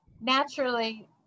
naturally